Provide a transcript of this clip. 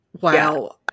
Wow